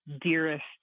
dearest